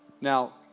Now